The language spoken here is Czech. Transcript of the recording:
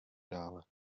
dále